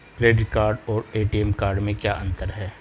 Credit card और ATM card में क्या अंतर है?